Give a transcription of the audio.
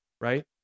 Right